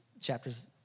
chapters